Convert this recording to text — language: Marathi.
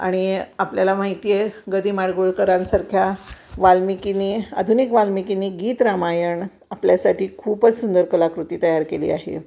आणि आपल्याला माहिती आहे ग दि माडगुळकरांसारख्या वाल्मिकीनी आधुनिक वाल्मिकीनी गीत रामायण आपल्यासाठी खूपच सुंदर कलाकृती तयार केली आहे